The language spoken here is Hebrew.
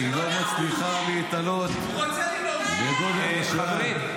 היא לא מצליחה להתעלות לגודל השעה.